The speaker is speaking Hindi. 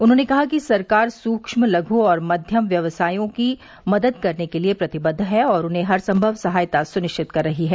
उन्होंने कहा कि सरकार सूक्ष्म लघु और मध्यम व्यवसायों की मदद करने के लिए प्रतिबद्ध है और उन्हें हर संभव सहायता सुनिश्चित कर रही है